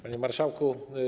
Panie Marszałku!